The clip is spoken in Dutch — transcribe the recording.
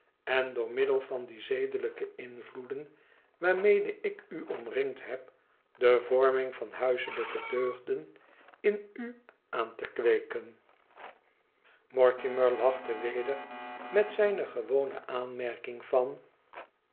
en door middel van die zedelijke invloeden waarmede ik u omringd heb de vorming van huiselijke deugden in u aan te kweeken mortimer lachte weder met zijne gewone aanmerking van